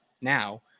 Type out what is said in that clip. now